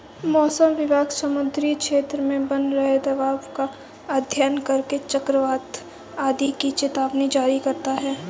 मौसम विभाग समुद्री क्षेत्र में बन रहे दबाव का अध्ययन करके चक्रवात आदि की चेतावनी जारी करता है